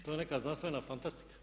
To je neka znanstvena fantastika.